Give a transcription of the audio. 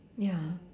ya